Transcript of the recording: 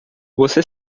você